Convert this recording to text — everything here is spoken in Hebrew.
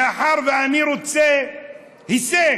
מאחר שאני רוצה הישג,